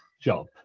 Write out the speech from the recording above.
job